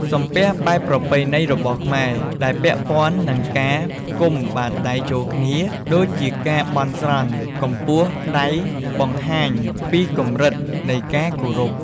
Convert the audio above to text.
សំពះបែបប្រពៃណីរបស់ខ្មែរ ដែលពាក់ព័ន្ធនឹងការផ្គុំបាតដៃចូលគ្នា ដូចជាការបន់ស្រន់ កម្ពស់ដៃបង្ហាញពីកម្រិតនៃការគោរព។